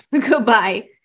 Goodbye